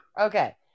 Okay